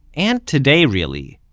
and today really,